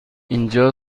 اینجا